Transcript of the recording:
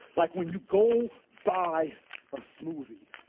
like when you go buy a smoothie.